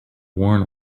worn